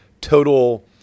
total